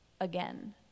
again